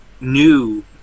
new